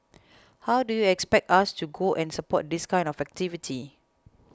how do you expect us to go and support this kind of activity